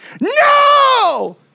no